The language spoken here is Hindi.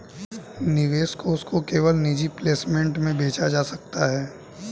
निवेश कोष को केवल निजी प्लेसमेंट में बेचा जा सकता है